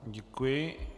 Děkuji.